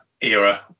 era